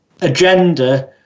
agenda